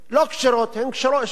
הן שאלות פוליטיות.